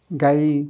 ଗାଈ